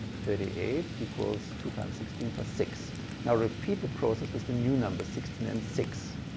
thirty eight equals two times sixteen plus six. now repeat the process with the new numbers sixteen and six.